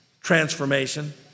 transformation